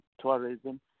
tourism